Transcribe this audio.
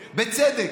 בצדק,